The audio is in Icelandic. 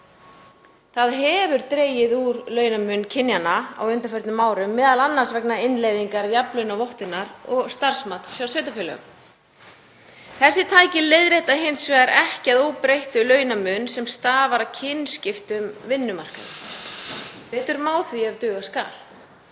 Það hefur dregið úr launamun kynjanna á undanförnum árum, m.a. vegna innleiðingar jafnlaunavottunar og starfsmats hjá sveitarfélögum. Þessi tæki leiðrétta hins vegar ekki að óbreyttu launamun sem stafar af kynskiptum vinnumarkaði. Betur má því ef duga skal.